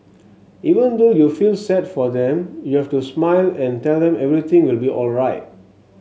even though you feel sad for them you have to smile and tell them everything will be alright